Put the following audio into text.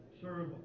serve